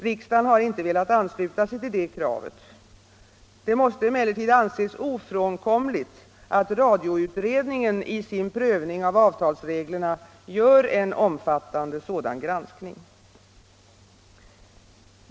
Riksdagen har inte velat ansluta sig till detta krav. Det måste emellertid anses ofrånkomligt att radioutredningen i sin prövning av avtalsreglerna gör en omfattande sådan granskning.